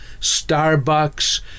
Starbucks